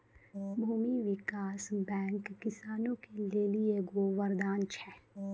भूमी विकास बैंक किसानो के लेली एगो वरदान छै